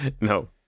No